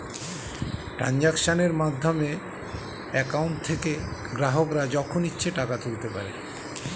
ট্রানজাক্শনের মাধ্যমে অ্যাকাউন্ট থেকে গ্রাহকরা যখন ইচ্ছে টাকা তুলতে পারে